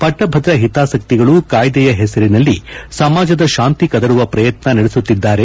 ಪಟ್ಟಭದ್ರ ಹಿತಾಸಕ್ತಿಗಳು ಕಾಯ್ದೆಯ ಹೆಸರಿನಲ್ಲಿ ಸಮಾಜದ ಶಾಂತಿ ಕದಡುವ ಪ್ರಯತ್ನ ನಡೆಸುತ್ತಿದ್ದಾರೆ